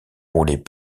roulaient